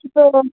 இப்போ